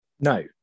No